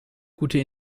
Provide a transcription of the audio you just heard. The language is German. gute